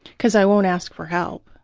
because i won't ask for help,